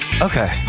okay